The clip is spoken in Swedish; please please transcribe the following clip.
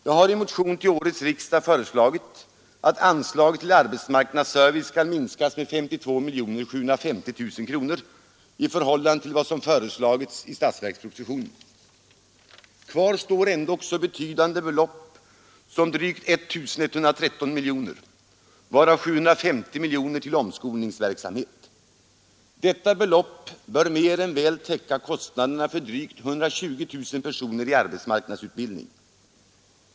Jag har i en motion till årets riksdag föreslagit att anslaget till arbetsmarknadsservice skall minskas med §2,7 miljoner kronor i förhållande till vad som föreslagits i statsverkspropositionen. Kvar står ändock ett så betydande belopp som drygt 1,1 miljarder, varav 750 miljoner till omskolningsverksamheten. Detta belopp bör mer än väl täcka kostnaderna för drygt 120 000 personer i arbetsmarknadsutbildning.